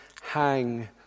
hang